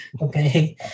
Okay